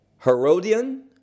Herodian